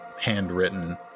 handwritten